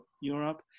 Europe